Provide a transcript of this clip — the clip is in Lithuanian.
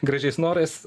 gražiais norais